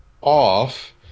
off